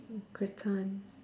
gratin